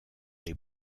les